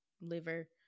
liver